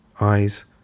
eyes